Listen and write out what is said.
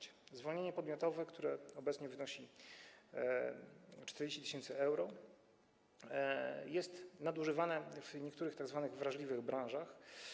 Zwolnienie podmiotowe, które obecnie wynosi 40 tys. euro, jest nadużywane w niektórych tzw. wrażliwych branżach.